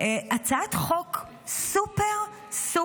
הצעת חוק סופר-סופר-פשוטה,